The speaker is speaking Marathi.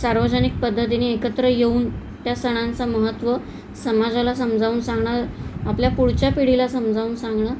सार्वजनिक पद्धतीनी एकत्र येऊन त्या सणांचा महत्त्व समाजाला समजावून सांगणं आपल्या पुढच्या पिढीला समजावून सांगणं